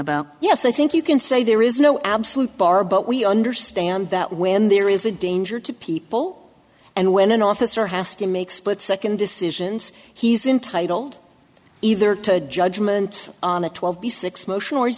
about yes i think you can say there is no absolute bar but we understand that when there is a danger to people and when an officer has to make split second decisions he's entitled either to a judgment on a twelve b six motion